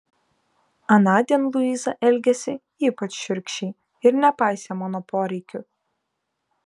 anądien luiza elgėsi ypač šiurkščiai ir nepaisė mano poreikių